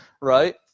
right